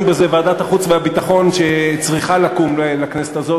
בזה ועדת החוץ והביטחון שצריכה לקום בכנסת הזאת,